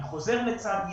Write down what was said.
אני חוזר לצד ימין.